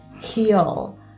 heal